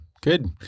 good